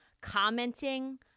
commenting